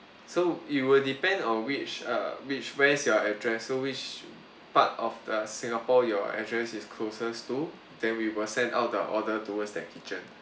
so it will depend on which uh which where's your address so which part of the singapore your address is closest to then we will send out the order towards the kitchen